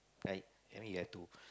like I mean you have to